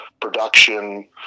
production